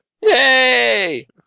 Yay